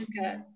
okay